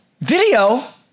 Video